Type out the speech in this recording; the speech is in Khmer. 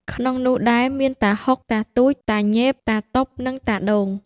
ក្នុងនោះដែរមាន តាហ៊ុក តាទូច តាញេប តាតុប និងតាដូង។